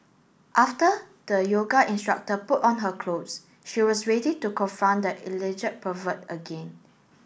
after the yoga instructor put on her clothes she was ready to confront the alleged pervert again